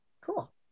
cool